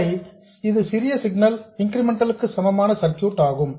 ஆகவே இது சிறிய சிக்னல் இன்கிரிமெண்டல் க்கு சமமான சர்க்யூட் ஆகும்